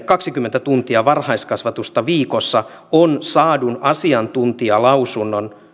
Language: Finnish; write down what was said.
kaksikymmentä tuntia varhaiskasvatusta viikossa on saadun asiantuntijalausunnon